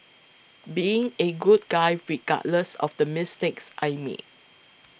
being a good guy regardless of the mistakes I made